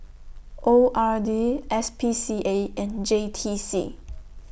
O R D S P C A and J T C